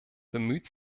bemüht